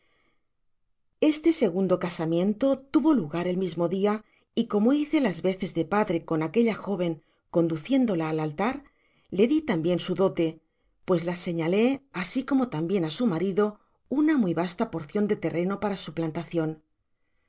este segundo casamiento tuvo lugar el mismo dia y como hice las veces de padre con aquella jóven conduciéndola al altar le di tambien su dote pues la señalé asi como tambien á su marido ana muy vasta porcion da terreno para